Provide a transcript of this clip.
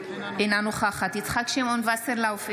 אינה נוכחת יצחק שמעון וסרלאוף,